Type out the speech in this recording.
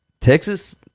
Texas